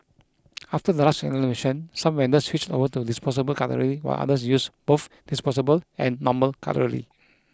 after the last renovation some vendors switched over to disposable cutlery while others use both disposable and normal cutlery